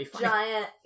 giant